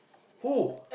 who